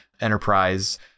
enterprise